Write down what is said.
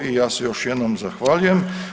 I ja se još jednom zahvaljujem.